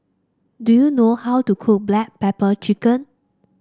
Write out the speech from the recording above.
do you know how to cook Black Pepper Chicken